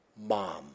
mom